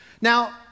Now